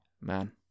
man